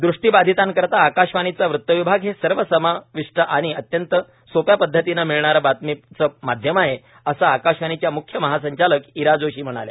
दृष्टी बाधितांकरिता आकाशवाणीचं वृत्तविभाग हे सर्वसमाविष्ट आणि अत्यंत सोप्या पद्धतीनं मिळणारं बातमीचं माध्यम आहे असं आकाशवाणीच्या मुख्य महासंचालक इरा जोशी म्हणाल्या